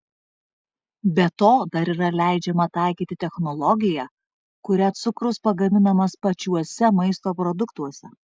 be to dar yra leidžiama taikyti technologiją kuria cukrus pagaminamas pačiuose maisto produktuose